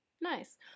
nice